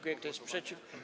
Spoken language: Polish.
Kto jest przeciw?